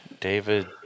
David